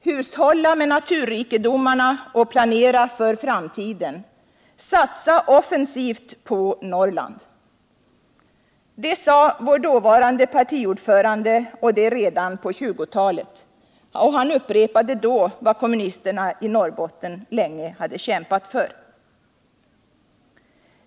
Hushålla med naturrikedomarna och planera för framtiden. Satsa offensivt på Norrland. Det sade vår dåvarande partiordförande och det redan på 1920-talet. Han upprepade vad kommunisterna i Norrbotten länge kämpat för.